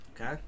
Okay